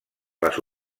les